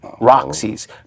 Roxy's